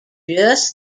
just